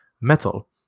metal